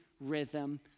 rhythm